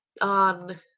on